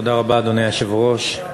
אדוני היושב-ראש,